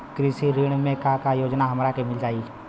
कृषि ऋण मे का का योजना हमरा के मिल पाई?